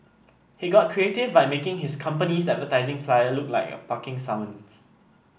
he got creative by making his company's advertising flyer look like a parking summons